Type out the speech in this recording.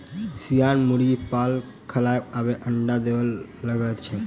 सियान मुर्गी पाल खयलाक बादे अंडा देबय लगैत छै